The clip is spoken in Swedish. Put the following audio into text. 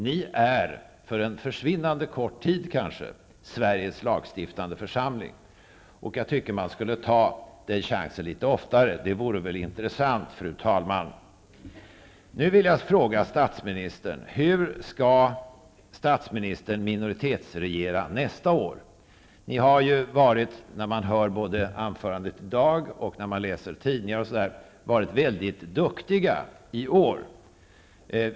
Ni är, för en försvinnande kort tid kanske, Sveriges lagstiftande församling. Jag tycker man skulle ta den chansen litet oftare. Det vore väl intressant, fru talman? Nu vill jag fråga statsministern: Hur skall statsministern minoritetsregera nästa år? När man hör anförandet i dag, osv. läser tidningar förstår man att ni har varit väldigt duktiga i år.